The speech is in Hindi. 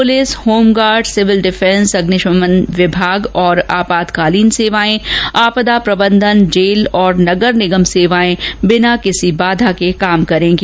पुलिस होमगार्ड सिविल डिफेंस अग्निशमन विभाग और आपातकालीन सेवाएं आपदा प्रबंधन जेल और नगर निगम सेवाएं बिना किसी बाधा के काम करेंगी